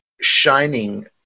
shining